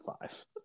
five